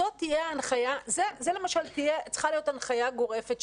זה למשל צריכה להיות הנחיה גורפת,